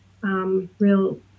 Real